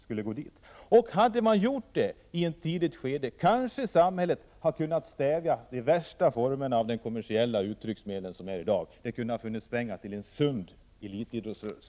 Om man i ett tidigt skede hade satsat mer på breddidrotten, kanske samhället hade kunnat stävja de värsta formerna av de kommersiella uttryck som vi ser i dag. Det kunde då ha funnits pengar till en sund elitidrottsrörelse.